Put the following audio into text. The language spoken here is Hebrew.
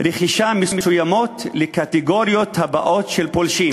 רכישה מסוימות לקטגוריות הבאות של פולשים,